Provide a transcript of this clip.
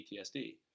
PTSD